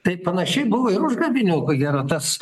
tai panašiai buv ir užgavėnių ko gero tas